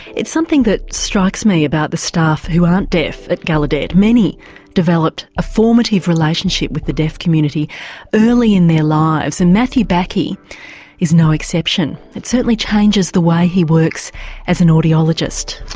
it's something that strikes me about the staff who aren't deaf at gallaudet, many developed a formative relationship with the deaf community early in their lives, and matthew bakke is no exception. it certainly changes the way he works as an audiologist.